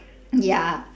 ya